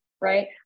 Right